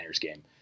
game